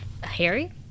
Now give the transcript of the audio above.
Harry